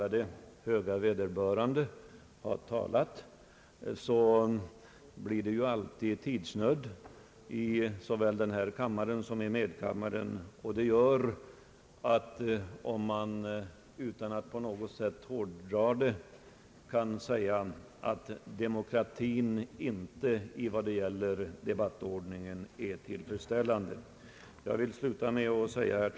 Sedan »höga vederbörande» har talat blir det ju alltid tidsnöd — såväl i den här kammaren som i medkammaren — och det gör att man utan att på något sätt hårdra resonemanget kan säga att demokratin inte fungerar tillfredsställande vad debattordningen beträffar.